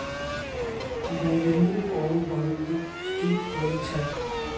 बइगनि ओल बहुते पौष्टिक होइ छइ